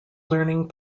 learning